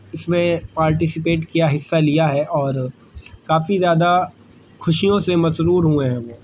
اس میں پارٹیسپیٹ کیا حصہ لیا ہے اور کافی زیادہ خوشیوں سے مسرور ہوئے ہیں وہ